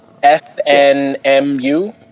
f-n-m-u